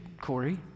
Corey